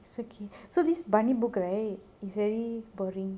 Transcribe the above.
it's okay so this bunny book very boring